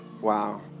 Wow